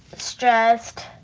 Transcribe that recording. stressed,